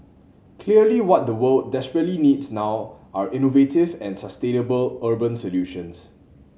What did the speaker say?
clearly what the world desperately needs now are innovative and sustainable urban solutions